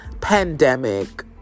pandemic